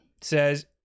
says